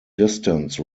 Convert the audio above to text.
distance